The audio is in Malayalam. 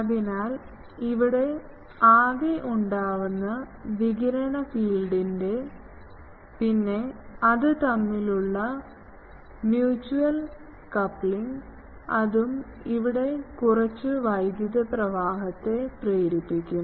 അതിനാൽ ഇവിടെ ആകെ ഉണ്ടാവുന്ന വികിരണ ഫീൽഡിന്റെ പിന്നെ അതു തമ്മിലുള്ള മ്യൂച്വൽ കപ്ലിങ് അതും ഇവിടെ കുറച്ച് വൈദ്യുത പ്രവാഹത്തെ പ്രേരിപ്പിക്കും